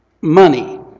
money